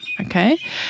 okay